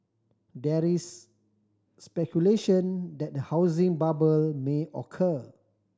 there is speculation that a housing bubble may occur